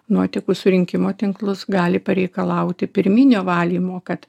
nuotekų surinkimo tinklus gali pareikalauti pirminio valymo kad